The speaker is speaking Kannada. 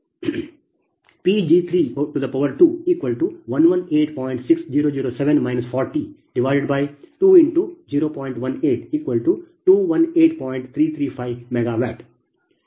10373